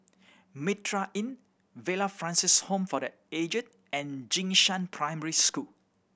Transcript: Mitraa Inn Villa Francis Home for The Aged and Jing Shan Primary School